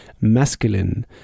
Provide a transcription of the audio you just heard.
masculine